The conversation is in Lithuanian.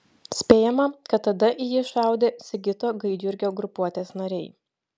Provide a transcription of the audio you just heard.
spėjama kad tada į jį šaudė sigito gaidjurgio grupuotės nariai